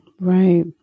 Right